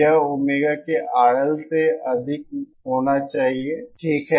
यह ओमेगा के RL से अधिक होना चाहिए ठीक है